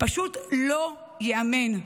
פשוט לא ייאמן.